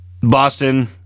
Boston